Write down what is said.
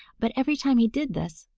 but every time he did this,